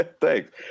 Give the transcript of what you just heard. thanks